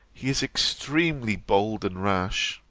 he is extremely bold and rash.